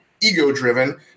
ego-driven